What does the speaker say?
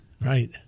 right